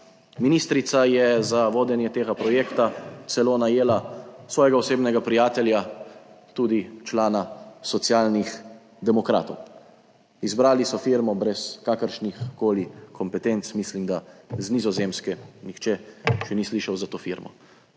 Ministrica je za vodenje tega projekta celo najela svojega osebnega prijatelja, tudi člana Socialnih demokratov. Izbrali so firmo brez kakršni koli kompetenc, mislim, da z Nizozemske, nihče še ni slišal za to firmo.